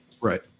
right